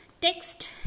text